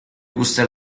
gusta